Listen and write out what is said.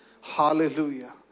Hallelujah